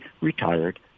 retired